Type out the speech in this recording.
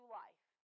life